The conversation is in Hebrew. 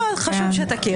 חשוב שתכיר.